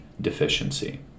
deficiency